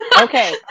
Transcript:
okay